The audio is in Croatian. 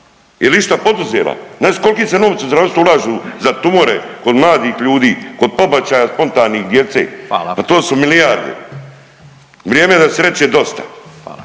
išta poduzela? Naši koliki se novci u zdravstvu ulažu za tumore kod mladih ljudi, kod pobačaja spontanih djeca …/Upadica: Hvala./… pa to su milijarde. Vrijeme je da se reče dosta.